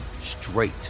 straight